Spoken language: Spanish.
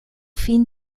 fin